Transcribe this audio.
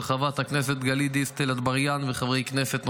של חברת הכנסת גלית דיסטל אטבריאן וחברי כנסת נוספים.